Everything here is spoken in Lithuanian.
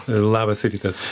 labas rytas